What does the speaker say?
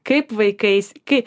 kaip vaikais kai